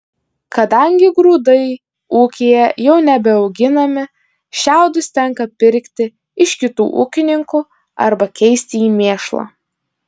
kadangi grūdai ūkyje jau nebeauginami šiaudus tenka pirkti iš kitų ūkininkų arba keisti į mėšlą